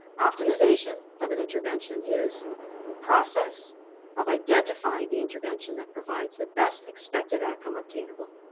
optimization of an intervention is the process of identifying the intervention that provides the best expected outcome obtainable,